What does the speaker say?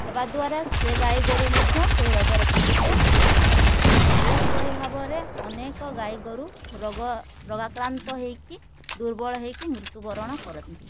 ହେବା ଦ୍ଵାରା ସେ ଗାଈଗୋରୁ ମଧ୍ୟ ସେଇ ରୋଗରେ ପୀଡ଼ିତ ହେଇଯାଆନ୍ତି ଏହିପରି ଭାବରେ ଅନେକ ଗାଈଗୋରୁ ରୋଗ ରୋଗାକ୍ରାନ୍ତ ହେଇକି ଦୁର୍ବଳ ହେଇକି ମୃତ୍ୟୁ ବରଣ କରନ୍ତି